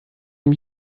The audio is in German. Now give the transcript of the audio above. dem